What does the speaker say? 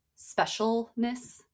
specialness